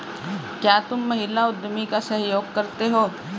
क्या तुम महिला उद्यमी का सहयोग करते हो?